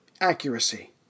accuracy